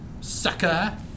sucker